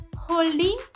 holding